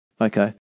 Okay